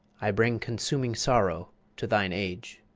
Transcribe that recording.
i bring consuming sorrow to thine age.